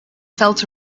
felt